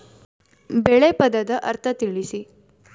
ಬೆಳೆ ಪದದ ಅರ್ಥ ತಿಳಿಸಿ?